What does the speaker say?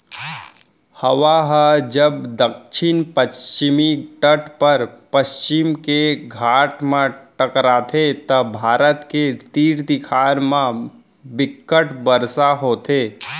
हवा ह जब दक्छिन पस्चिम तट म पस्चिम के घाट म टकराथे त भारत के तीर तखार म बिक्कट बरसा होथे